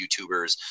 YouTubers